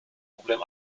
problem